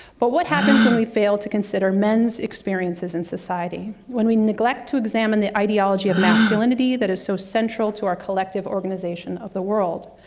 but what happens when we fail to consider men's experiences in society, when we neglect to examine the ideology of masculinity that is so central to our collective organization of the world,